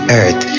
earth